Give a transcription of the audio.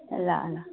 ल ल